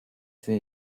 für